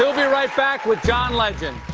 we'll be right back with john legend!